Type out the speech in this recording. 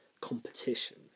competition